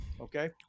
okay